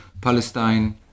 Palestine